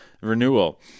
renewal